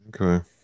Okay